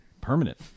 permanent